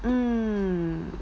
mm